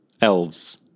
elves